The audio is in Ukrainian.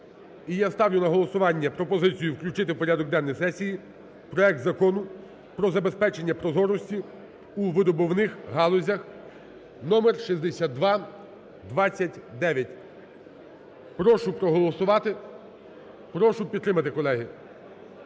І я ставлю на голосування пропозицію включити в порядок денний сесії проект Закону про забезпечення прозорості у видобувних галузях (№ 6229). Прошу проголосувати, прошу підтримати, колеги.